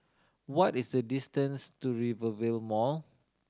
what is the distance to Rivervale Mall